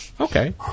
Okay